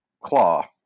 claw